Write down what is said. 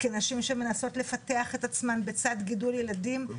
כנשים שמנסות לפתח את עצמן בצד גידול ילדים.